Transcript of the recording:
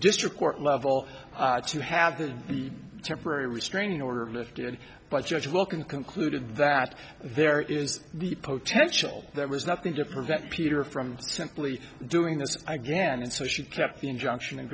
district court level to have the temporary restraining order lifted but judge welcome concluded that there is the potential there was nothing to prevent peter from simply doing this again and so she kept the injunction and